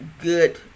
good